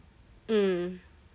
mm